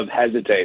hesitate